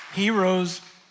Heroes